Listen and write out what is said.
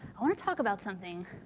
i want to talk about something